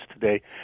today